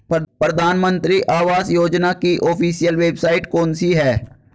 प्रधानमंत्री आवास योजना की official website कौन सी है?